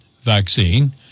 vaccine